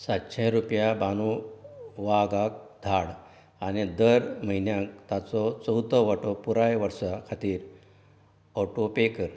सातशे रुपया बानू वागाक धाड आनी दर म्हयन्याक ताचो चोवथो वांटो पुराय वर्सा खातीर ऑटो पे कर